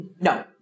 No